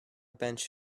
bench